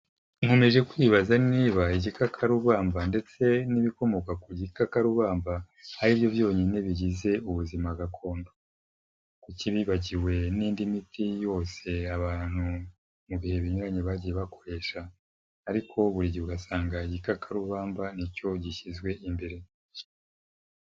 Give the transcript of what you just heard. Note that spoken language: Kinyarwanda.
Nkomeje kwibaza niba igikakarubamba, ndetse n'ibikomoka ku gikakarubamba, ari byo byonyine bigize ubuzima gakondo. Kuki bibagiwe n'indi miti yose, abantu mu bihe binyuranye bagiye bakoresha, ariko buri gihe ugasanga igikakarubamba, nicyo gishyizwe imbere.